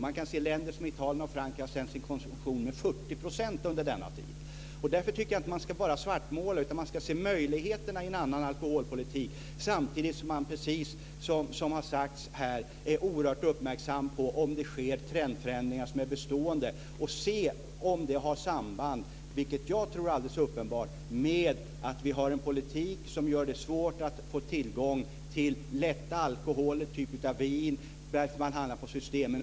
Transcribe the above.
Man kan se att länder som Italien och Frankrike har sänkt sin konsumtion med 40 % under denna tid. Därför tycker jag att man inte bara ska svartmåla, utan man ska se möjligheterna i en annan alkoholpolitik, samtidigt som man, som har sagts här, ska vara oerhört uppmärksam på om det sker trendförändringar som är bestående. Man ska se om det har samband, vilket jag tror är alldeles uppenbart, med att vi har en politik som gör det svårt att få tillgång till svagare alkoholdrycker av typen vin därför att man handlar på Systemen.